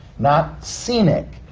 not scenic,